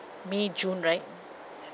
may june right